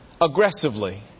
aggressively